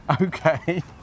Okay